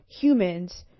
humans